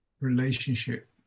relationship